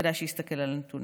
כדאי שיסתכל על הנתונים.